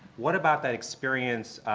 what about that experience